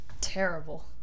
Terrible